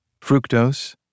fructose